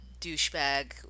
douchebag